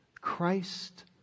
Christ